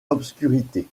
obscurité